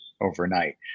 overnight